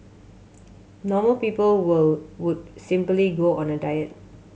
normal people would simply go on a diet